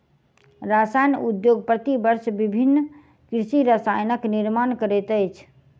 रसायन उद्योग प्रति वर्ष विभिन्न कृषि रसायनक निर्माण करैत अछि